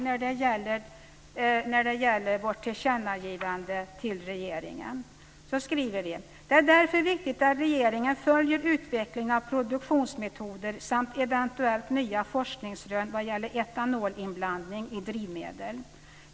När det gäller vårt tillkännagivande till regeringen skriver vi: "Det är därför viktigt att regeringen följer utvecklingen av produktionsmetoder samt eventuellt nya forskningsrön vad gäller etanolinblandning i drivmedel.